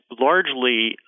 largely